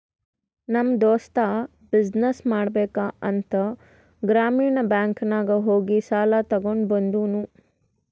ನಮ್ ದೋಸ್ತ ಬಿಸಿನ್ನೆಸ್ ಮಾಡ್ಬೇಕ ಅಂತ್ ಗ್ರಾಮೀಣ ಬ್ಯಾಂಕ್ ನಾಗ್ ಹೋಗಿ ಸಾಲ ತಗೊಂಡ್ ಬಂದೂನು